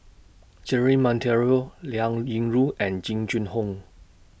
Jerry Monteiro Liao Yingru and Jing Jun Hong